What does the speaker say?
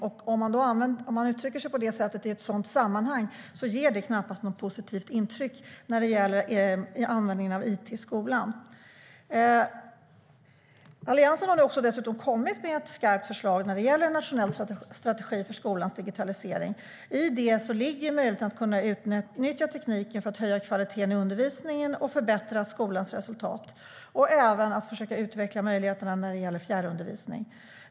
Om man uttrycker sig på det sättet ger det knappast ett positivt intryck när det gäller it-användningen i skolan. Alliansen har nu dessutom kommit med ett skarpt förslag om en nationell strategi för skolans digitalisering. I detta ligger möjligheten att utnyttja tekniken för att höja kvaliteten på undervisningen och förbättra skolans resultat, även när det gäller att utveckla fjärrundervisningen.